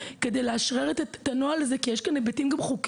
כדי לאשרר את הנוהל הזה כי יש בו גם היבטים חוקיים.